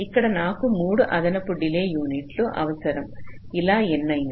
ఇక్కడ నాకు 3 అదనపు డిలే యూనిట్లు అవసరం ఇలా ఎన్నయినా